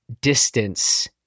distance